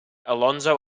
alonso